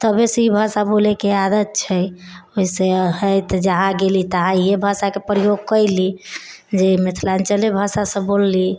तबेसँ ई भाषा बोलैके आदति छै वैसे तऽ जहाँ गेली तहाँ इहे भाषाके प्रयोग कयली जे मिथिलाञ्चले भाषा सब बोलली